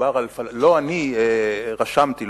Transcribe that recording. לא אני רשמתי,